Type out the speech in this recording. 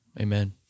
Amen